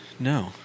No